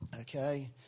Okay